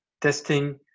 testing